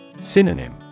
Synonym